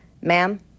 ma'am